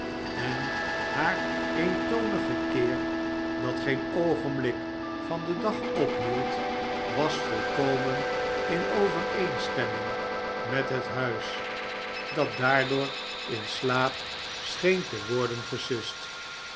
en haar eentonig gekir da geen oogenblik van den dag ophield was volkomen in overeen stemming met het huis dat daardoor in slaap scheen te worden